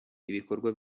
ibikorwa